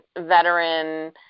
veteran